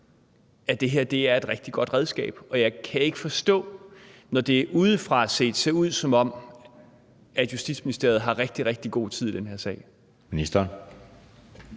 at det her er et rigtig godt redskab, og at jeg ikke kan forstå det, når det udefra set ser ud, som om Justitsministeriet har rigtig, rigtig god tid i den her sag.